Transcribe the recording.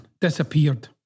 Disappeared